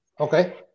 Okay